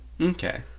Okay